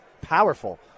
powerful